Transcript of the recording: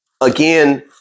Again